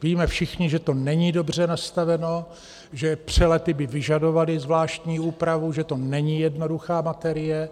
Víme všichni, že to není dobře nastaveno, že přelety by vyžadovaly zvláštní úpravu, že to není jednoduchá materie.